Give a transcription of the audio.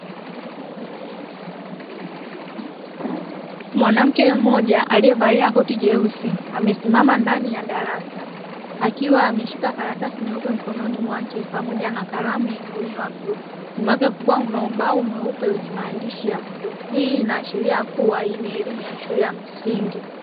Mwanamke mmoja aliyevalia koti jeusi amesimama ndani ya darasa akiwa ameshika karatasi nyeupe mkononi pamoja na kalamu ya bluu nyuma yake kukiwa na ubao mweupe wenye maandishi ya bluu, hii inaashiria kuwa ni elimu ya shule ya msingi.